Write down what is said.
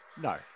No